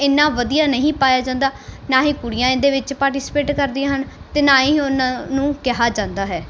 ਇੰਨਾ ਵਧੀਆ ਨਹੀਂ ਪਾਇਆ ਜਾਂਦਾ ਨਾ ਹੀ ਕੁੜੀਆਂ ਇਹਦੇ ਵਿੱਚ ਪਾਰਟੀਸਪੇਟ ਕਰਦੀਆਂ ਹਨ ਅਤੇ ਨਾ ਹੀ ਉਹਨਾਂ ਨੂੰ ਕਿਹਾ ਜਾਂਦਾ ਹੈ